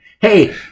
hey